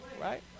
right